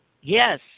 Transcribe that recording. yes